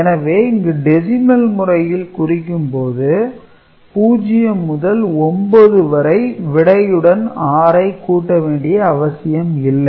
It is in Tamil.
எனவே இங்கு டெசிமல் முறையில் குறிக்கும் போது 0 - 9 வரை விடையுடன் 6 ஐ கூட்ட வேண்டிய அவசியம் இல்லை